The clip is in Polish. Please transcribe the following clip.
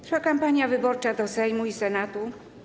Trwa kampania wyborcza do Sejmu i Senatu.